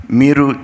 miru